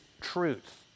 truth